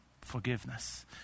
forgiveness